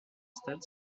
stade